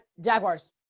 Jaguars